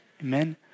Amen